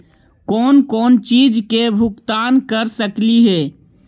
कौन कौन चिज के भुगतान कर सकली हे?